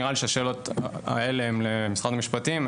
נראה לי שהשאלות האלה הן למשרד המשפטים.